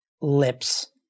lips